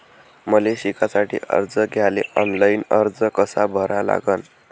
मले शिकासाठी कर्ज घ्याले ऑनलाईन अर्ज कसा भरा लागन?